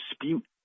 dispute